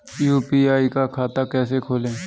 UPI का खाता कैसे खोलें?